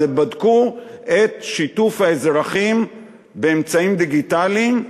בדקו את שיתוף האזרחים באמצעים דיגיטליים,